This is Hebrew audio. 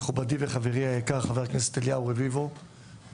מכובדי וחברי היקר חבר הכנסת אליהו רביבו אני